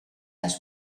has